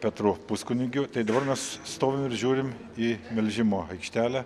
petru puskunigiu tai dabar mes stovim ir žiūrim į melžimo aikštelę